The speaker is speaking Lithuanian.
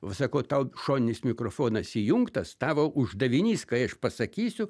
o sako tau šoninis mikrofonas įjungtas tavo uždavinys kai aš pasakysiu